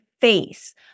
face